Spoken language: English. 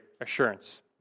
assurance